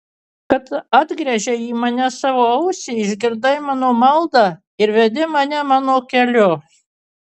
kad atgręžei į mane savo ausį išgirdai mano maldą ir vedi mane mano keliu